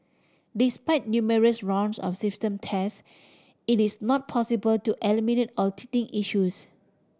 despite numerous rounds of system test it is not possible to eliminate all teething issues